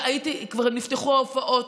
כבר נפתחו הופעות,